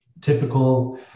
typical